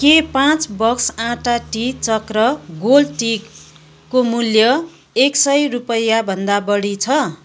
के पाँच बक्स आँटा टी चक्र गोल्ड टीको मूल्य एक सय रुपियाँभन्दा बढी छ